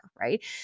right